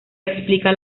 explica